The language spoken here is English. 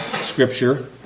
scripture